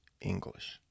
English